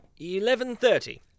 eleven-thirty